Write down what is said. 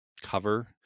cover